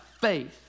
faith